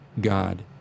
God